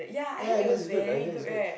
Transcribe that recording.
ya I hear is good I hear is good